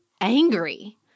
angry